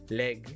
leg